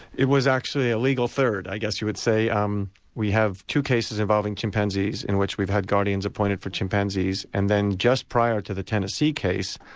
it was actually a legal third, i guess you would say. um we have two cases involving chimpanzees in which we've had guardians appointed for chimpanzees, and then just prior to the tennessee case,